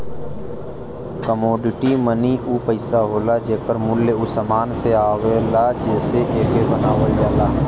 commodity money उ पइसा होला जेकर मूल्य उ समान से आवला जेसे एके बनावल जाला